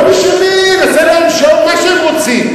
לא משנה, ניתן להם שעון קיץ, מה שהם רוצים.